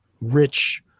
rich